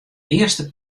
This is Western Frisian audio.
earste